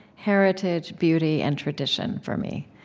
heritage, beauty, and tradition, for me.